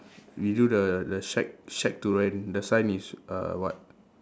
we do the the shack shack to rent the sign is uh what